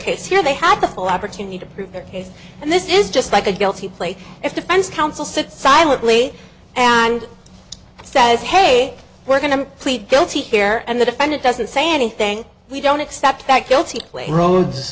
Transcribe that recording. case here they have the full opportunity to prove their case and this is just like a guilty plea if defense counsel sits silently and says hey we're going to plead guilty fair and the defendant doesn't say anything we don't accept that guilty roads